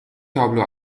تابلو